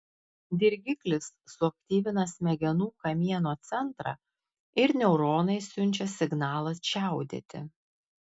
dirgiklis suaktyvina smegenų kamieno centrą ir neuronai siunčia signalą čiaudėti